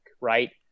right